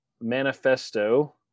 Manifesto